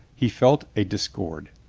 he felt a dis cord.